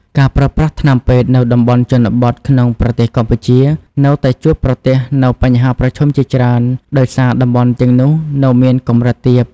ការប្រើប្រាស់ថ្នាំពេទ្យនៅតំបន់ជនបទក្នុងប្រទេសកម្ពុជា នៅតែជួបប្រទះនូវបញ្ហាប្រឈមជាច្រើន ដោយសារតំបន់ទាំងនោះនៅមានកម្រិតទាប។